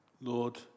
Lord